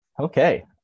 Okay